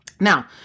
Now